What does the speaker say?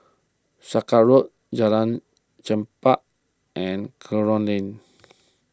Sakra Road Jalan Chempah and Kerong Lane